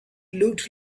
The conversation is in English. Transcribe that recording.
looked